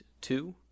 two